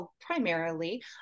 primarily